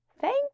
Thank